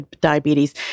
diabetes